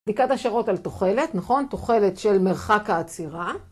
בדיקת השירות על תוחלת, נכון? תוחלת של מרחק העצירה.